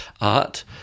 art